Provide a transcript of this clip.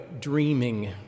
dreaming